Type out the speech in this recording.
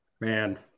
Man